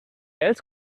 else